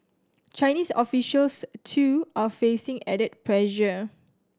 Chinese officials too are facing added pressure